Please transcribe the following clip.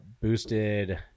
Boosted